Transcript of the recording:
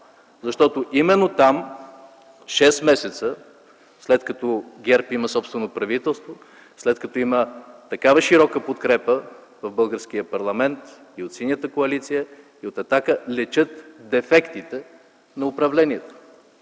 защото именно там шест месеца след като ГЕРБ има собствено правителство, след като има такава широка подкрепа в българския парламент и от Синята коалиция, и от „Атака”, личат дефектите на управлението,